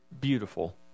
beautiful